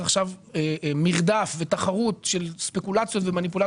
לייצר עכשיו מרדף ותחרות של ספקולציות ומניפולציות.